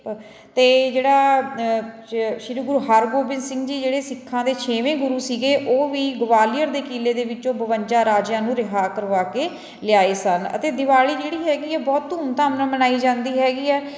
ਅਤੇ ਜਿਹੜਾ ਸ਼੍ਰੀ ਗੁਰੂ ਹਰਗੋਬਿੰਦ ਸਿੰਘ ਜੀ ਜਿਹੜੇ ਸਿੱਖਾਂ ਦੇ ਛੇਵੇਂ ਗੁਰੂ ਸੀਗੇ ਉਹ ਵੀ ਗਵਾਲੀਅਰ ਦੇ ਕਿਲ੍ਹੇ ਦੇ ਵਿੱਚੋਂ ਬਵੰਜਾ ਰਾਜਿਆਂ ਨੂੰ ਰਿਹਾਅ ਕਰਵਾ ਕੇ ਲਿਆਏ ਸਨ ਅਤੇ ਦਿਵਾਲੀ ਜਿਹੜੀ ਹੈਗੀ ਹੈ ਬਹੁਤ ਧੂਮ ਧਾਮ ਨਾਲ ਮਨਾਈ ਜਾਂਦੀ ਹੈਗੀ ਹੈ